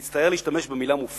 אני מצטער על השימוש במלה "מופרע".